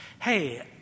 hey